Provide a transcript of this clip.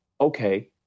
okay